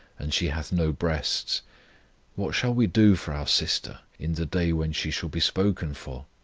and she hath no breasts what shall we do for our sister in the day when she shall be spoken for?